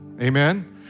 amen